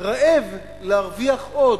רעב להרוויח עוד?